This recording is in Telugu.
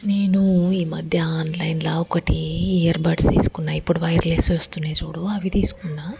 నేను ఈ మధ్య ఆన్లైన్లో ఒకటి ఇయర్ బర్డ్స్ తిసుకున్న ఇప్పుడు వైర్లెస్ వస్తున్నాయి చూడు అవి తీసుకున్నా